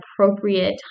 appropriate